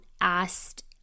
asked